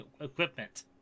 equipment